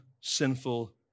sinful